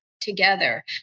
together